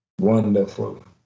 Wonderful